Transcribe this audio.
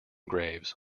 graves